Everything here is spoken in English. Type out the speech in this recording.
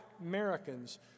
Americans